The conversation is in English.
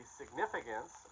significance